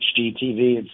HGTV